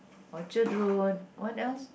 Orchard-Road one what else